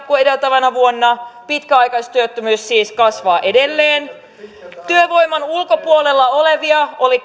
kuin edeltävänä vuonna pitkäaikaistyöttömyys siis kasvaa edelleen työelämän ulkopuolella olevia oli